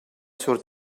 sur